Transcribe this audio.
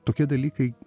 tokie dalykai